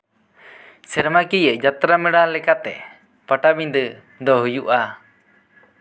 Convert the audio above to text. ᱥᱮᱨᱢᱟᱠᱤᱭᱟᱹ ᱡᱟᱛᱨᱟ ᱢᱮᱞᱟ ᱞᱮᱠᱟᱛᱮ ᱯᱟᱴᱟᱵᱤᱸᱫᱟᱹ ᱫᱚ ᱦᱩᱭᱩᱜᱼᱟ